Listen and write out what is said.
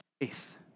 faith